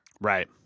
Right